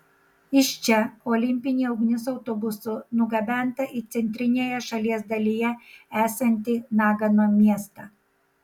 iš čia olimpinė ugnis autobusu nugabenta į centrinėje šalies dalyje esantį nagano miestą